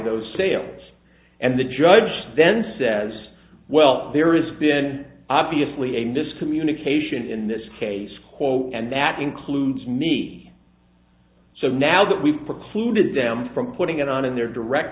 those sales and the judge then says well there is then obviously a miscommunication in this case quote and that includes me so now that we've precluded them from putting it on in their direct